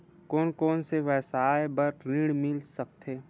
कोन कोन से व्यवसाय बर ऋण मिल सकथे?